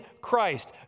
Christ